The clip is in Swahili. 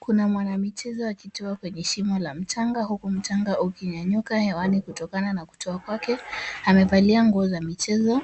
Kuna mwanamichezo akitua kwenye shimo la mchanga huku mchanga ukinyanyuka hewani kutokana na kutua kwake. Amevalia nguo za michezo